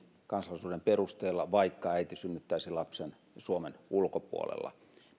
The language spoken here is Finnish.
kansalaisuuden perusteella vaikka äiti synnyttäisi lapsen suomen ulkopuolella